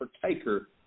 partaker